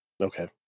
okay